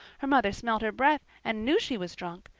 her mother smelled her breath and knew she was drunk.